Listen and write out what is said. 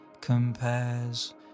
Compares